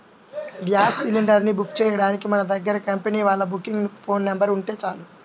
gas cylinder ని book చెయ్యడానికి మన దగ్గర కంపెనీ వాళ్ళ బుకింగ్ ఫోన్ నెంబర్ ఉంటే చాలు